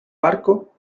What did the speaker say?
barco